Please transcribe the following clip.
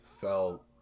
felt